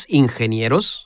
ingenieros